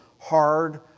hard